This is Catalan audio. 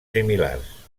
similars